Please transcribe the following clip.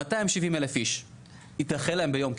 270,000 איש יידחה להם ביום.